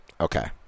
Okay